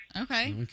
Okay